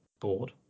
board